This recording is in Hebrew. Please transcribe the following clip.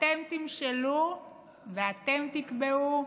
אתם תמשלו ואתם תקבעו,